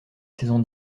saison